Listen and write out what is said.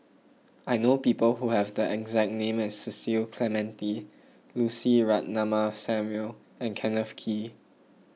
I know people who have the exact name as Cecil Clementi Lucy Ratnammah Samuel and Kenneth Kee